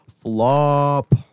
Flop